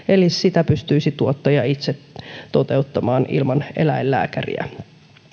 eli sitä pystyisi tuottaja itse toteuttamaan ilman eläinlääkäriä